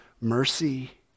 mercy